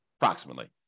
approximately